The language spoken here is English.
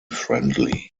friendly